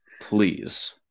please